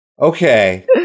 Okay